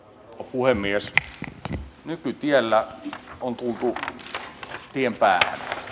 puhemies nykytiellä on tultu tien päähän